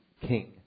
king